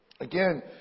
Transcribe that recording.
Again